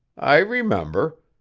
i remember.